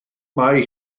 mae